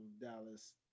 Dallas